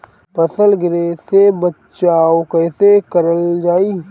फसल गिरे से बचावा कैईसे कईल जाई?